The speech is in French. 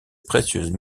précieuses